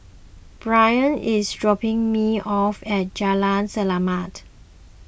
Brynn is dropping me off at Jalan Selamat